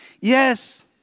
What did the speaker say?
yes